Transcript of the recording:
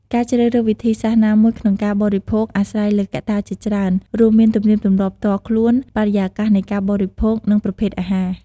ការជ្រើសរើសវិធីសាស្ត្រណាមួយក្នុងការបរិភោគអាស្រ័យលើកត្តាជាច្រើន រួមមានទំនៀមទម្លាប់ផ្ទាល់ខ្លួន បរិយាកាសនៃការបរិភោគ និងប្រភេទអាហារ។